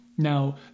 Now